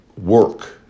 work